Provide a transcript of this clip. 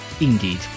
indeed